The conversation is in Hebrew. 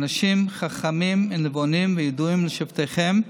"אנשים חכמים ונבֹנים וידֻעים לשבטיכם".